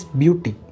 beauty